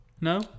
No